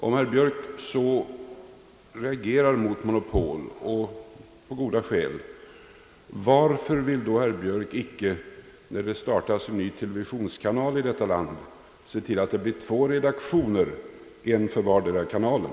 Om herr Björk så reagerar mot monopol, och på goda skäl, varför vill då herr Björk, när det startas en ny televisionskanal i detta land, icke se till att det blir två redaktioner, en för vardera kanalen?